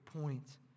point